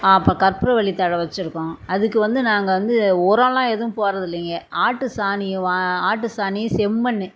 அப்புறம் கற்பூரவள்ளி தழை வச்சுருக்கோம் அதுக்கு வந்து நாங்கள் வந்து உரம்லாம் எதும் போடுறதில்லைங்க ஆட்டு சாணி வா ஆட்டு சாணி செம்மண்